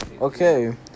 Okay